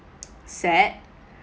sad